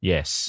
Yes